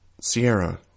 Sierra